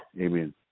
Amen